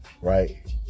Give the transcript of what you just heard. right